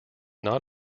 not